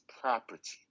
property